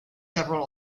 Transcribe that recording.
several